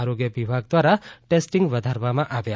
આરોગ્ય વિભાગ દ્વારા ટેસ્ટિંગ વધારવામાં આવ્યા